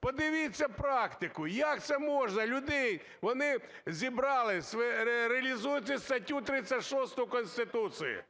Подивіться практику. Як це можна людей… Вони зібрались… реалізуйте статтю 36 Конституції.